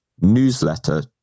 newsletter